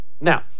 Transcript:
Now